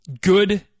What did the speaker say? good